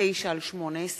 פ/4049/18